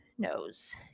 knows